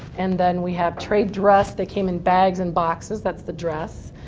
and then we have trade dress. they came in bags and boxes, that's the dress.